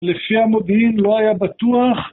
‫לפי המודיעין לא היה בטוח.